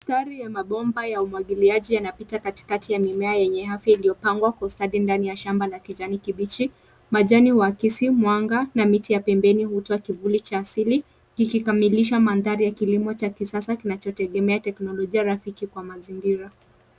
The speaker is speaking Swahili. Mistari ya mabomba ya umwagiliaji yanapita katikati ya mimea yenye afya iliyopangwa kwa ustadi ndani ya shamba la kijani kibichi. Majani huakisi mwanga na miti ya pembeni hutoa kivuli cha asili kikikamilisha mandhari ya kilimo cha kisasa kinachotegemea teknolojia rafiki kwa mazingira.